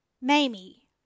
Mamie